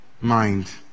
mind